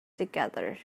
together